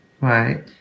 Right